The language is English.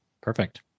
Perfect